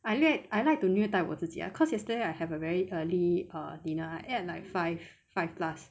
I like I like to 虐待我自己啦 cause yesterday I have a very early err dinner I ate at like five five plus